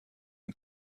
این